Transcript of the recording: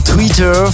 Twitter